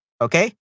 Okay